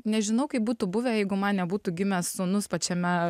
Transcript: nežinau kaip būtų buvę jeigu man nebūtų gimęs sūnus pačiame